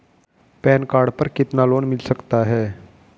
Pan card पर कितना loan मिल सकता है?